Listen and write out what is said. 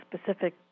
specific